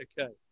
Okay